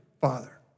Father